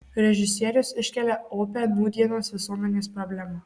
režisierius iškelia opią nūdienos visuomenės problemą